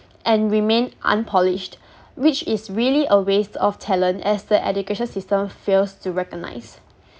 and remain unpolished which is really a waste of talent as the education system fails to recognise